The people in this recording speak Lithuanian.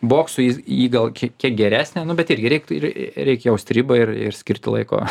boksui jis ji gal kie kiek geresnė nu bet irgi reiktų reik jaust ribą ir ir skirti laiko